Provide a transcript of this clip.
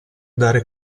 dare